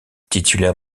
titulaire